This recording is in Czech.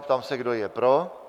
Ptám se, kdo je pro.